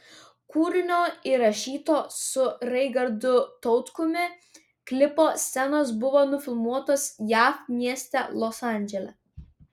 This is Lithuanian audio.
kūrinio įrašyto su raigardu tautkumi klipo scenos buvo nufilmuotos jav mieste los andžele